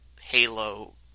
halo